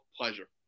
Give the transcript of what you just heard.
pleasure